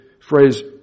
phrase